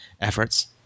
efforts